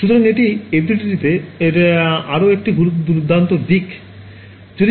সুতরাং এটি FDTD এর আরও একটি দুর্দান্ত দিক